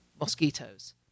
mosquitoes